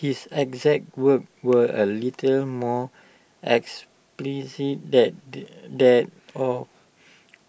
his exact words were A little more explicit that the that of